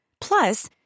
Plus